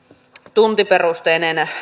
tuntiperusteinen